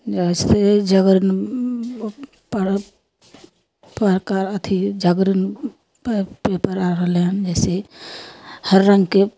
जइसे जागरण प्र प्रका अथि जागरण प पेपर आ रहलै हन जइसे हर रङ्गके